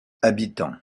habitants